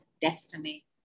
destiny